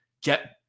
get